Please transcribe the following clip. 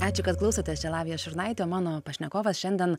ačiū kad klausotės čia lavija šurnaitė o mano pašnekovas šiandien